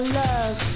love